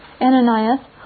Ananias